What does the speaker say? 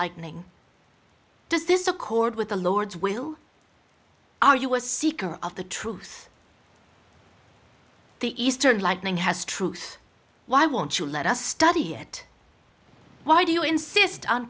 lightning does this accord with the lord's will are you was a seeker of the truth the eastern lightning has truth why won't you let us study it why do you insist on